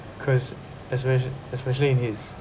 cause espe~ especially in his